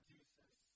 Jesus